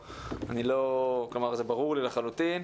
זה ברור לי לחלוטין.